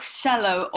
shallow